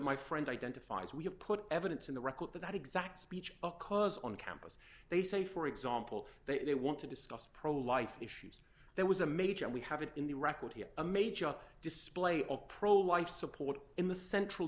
my friend identifies we have put evidence in the record that that exact speech occurs on campus they say for example they want to discuss pro life issues there was a major and we have it in the record here a major display of pro life support in the central